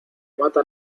mata